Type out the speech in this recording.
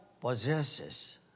possesses